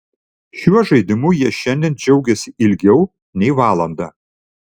šiuo žaidimu jie šiandien džiaugėsi ilgiau nei valandą